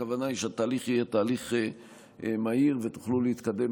הכוונה היא שהתהליך יהיה מהיר ותוכלו להתקדם